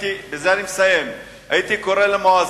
ובזה אני מסיים, אני זוכר שהייתי קורא למואזין